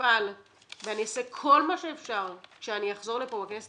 אפעל ואני אעשה כל מה שאפשר כשאחזור לכאן בכנסת